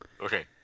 Okay